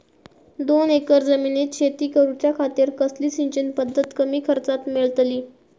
दोन एकर जमिनीत शेती करूच्या खातीर कसली सिंचन पध्दत कमी खर्चात मेलतली?